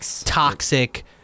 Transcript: toxic